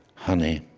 honey